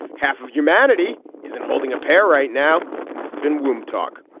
half of humanity isn't holding a pair right now and this has been womb talk.